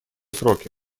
сроки